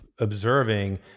observing